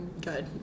good